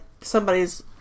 somebody's